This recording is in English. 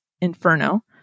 Inferno